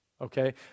okay